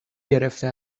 گرفته